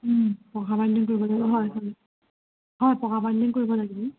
পকা বাইণ্ডিং কৰিব লাগিব হয় হয় অঁ পকা বাইণ্ডিং কৰিব লাগিব